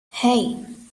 hey